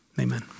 Amen